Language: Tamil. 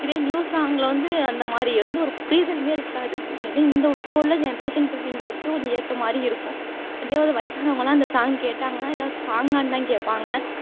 இதே நியூ சாங்கில் வந்து அந்த மாதிரி எந்தவொரு புரிதலும் இருக்காது எதோ இந்த இப்போ உள்ளே ஜென்ரேஷன் பிள்ளைங்களுக்கு கொஞ்சம் ஏற்ற மாதிரி இருக்கும் அதேயாவது வயசானவங்கலாம் அந்த சாங் கேட்டாங்கனா இதெலான் ஒரு சாங்கான் தான் கேட்பாங்க